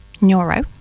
neuro